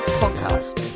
podcast